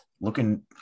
looking